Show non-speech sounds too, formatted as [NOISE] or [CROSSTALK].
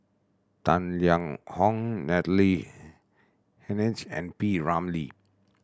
Tang Liang Hong Natalie [UNINTELLIGIBLE] Hennedige and P Ramlee